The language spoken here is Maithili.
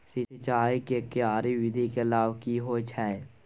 सिंचाई के क्यारी विधी के लाभ की होय छै?